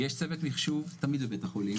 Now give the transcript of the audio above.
יש צוות מחשוב תמיד בבית החולים,